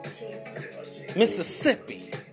Mississippi